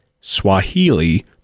Swahili